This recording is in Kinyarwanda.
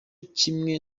kimwe